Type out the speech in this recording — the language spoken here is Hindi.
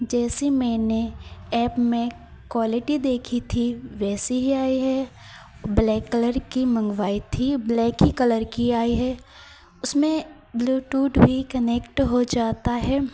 जैसे मैंने ऐप में क्वालिटी देखी थी वैसी ही आई है ब्लैक कलर की मँगवाई थी ब्लैक ही कलर की आई है उसमें ब्लूटूथ भी कनेक्ट हो जाता है